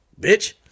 Bitch